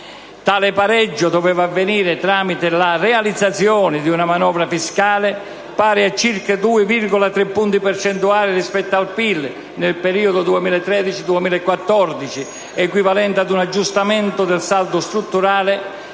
Tale pareggio doveva avvenire tramite la realizzazione di una manovra fiscale pari a circa 2,3 punti percentuali rispetto al PIL nel periodo 2013-2014, equivalente a un aggiustamento del saldo strutturale